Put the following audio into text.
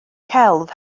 celf